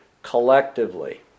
collectively